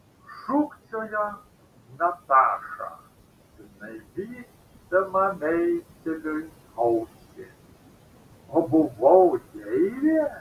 šūkčiojo nataša gnaibydama meitėliui ausį o buvau deivė